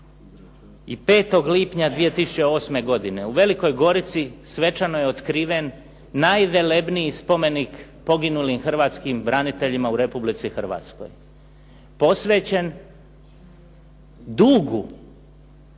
25. lipnja 2008. godine u Velikoj Gorici svečano je otkriven najvelebniji spomenik poginulim hrvatskim braniteljima u Republici Hrvatskoj posvećen dugu